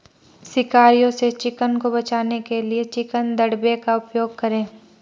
शिकारियों से चिकन को बचाने के लिए चिकन दड़बे का उपयोग करें